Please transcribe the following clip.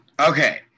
okay